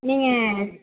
நீங்கள்